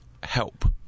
help